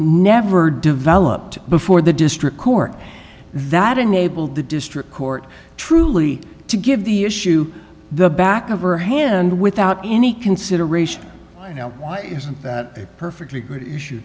never developed before the district court that enabled the district court truly to give the issue the back of her hand without any consideration isn't that a perfectly good issue